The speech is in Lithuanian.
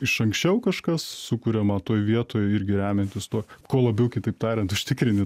iš anksčiau kažkas sukuriama toj vietoj irgi remiantis tuo ko labiau kitaip tariant užtikrini